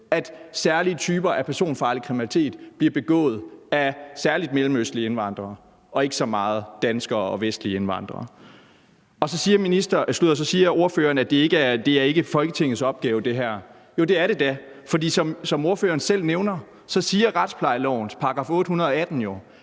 at særlige typer af personfarlig kriminalitet særlig blivet begået af mellemøstlige indvandrere og ikke så meget af danskere og vestlige indvandrere. Så siger ordføreren, at det her ikke er Folketingets opgave. Jo, det er det da, for som ordføreren selv nævner, siger retsplejelovens § 818 jo,